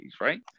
right